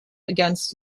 against